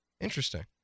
Interesting